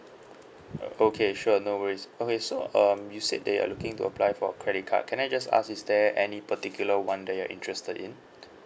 oh okay sure no worries okay so um you said that you are looking to apply for a credit card can I just ask is there any particular one that you're interested in